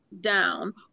down